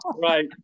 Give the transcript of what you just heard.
right